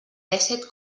dèsset